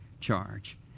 charge